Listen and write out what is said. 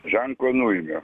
ženklą nuėmė